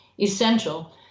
essential